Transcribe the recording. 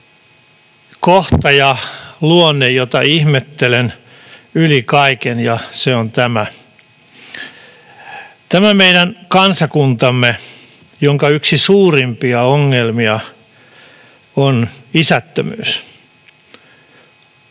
sellainen luonne, jota ihmettelen yli kaiken, ja se on tämä: Tämän meidän kansakuntamme yksi suurimpia ongelmia on isättömyys,